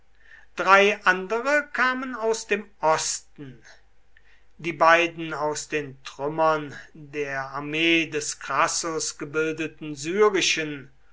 drei andere kamen aus dem osten die beiden aus den trümmern der armee des crassus gebildeten syrischen